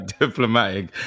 diplomatic